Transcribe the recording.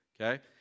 okay